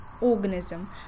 organism